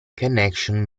connection